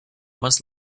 must